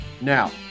Now